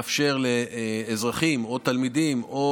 יש לי בעיה לאפשר לאזרחים או תלמידים או